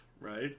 right